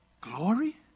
Glory